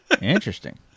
Interesting